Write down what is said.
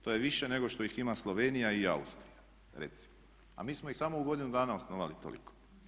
To je više nego što ih ima Slovenija i Austrija recimo, a mi smo ih samo u godinu dana osnovali toliko.